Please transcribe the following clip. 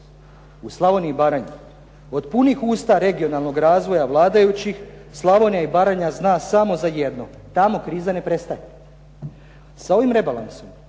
U Slavoniji i Baranji. Od punih usta regionalnog razvoja vladajućih Slavonija i Baranja zna samo za jedno. Tamo kriza ne prestaje. Sa ovim rebalansom